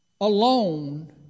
alone